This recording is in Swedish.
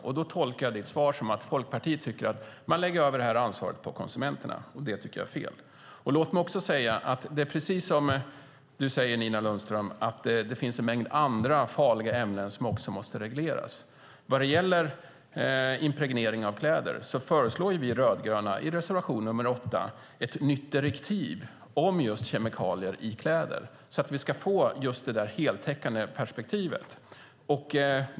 Jag tolkar ditt svar som att Folkpartiet tycker att man ska lägga över ansvaret på konsumenterna. Det tycker jag är fel. Precis som du säger, Nina Lundström, finns det en mängd andra farliga ämnen som också måste regleras. När det gäller impregnering av kläder föreslår vi rödgröna i reservation nr 8 ett nytt direktiv om kemikalier i kläder så att vi ska få ett heltäckande perspektiv.